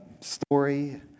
story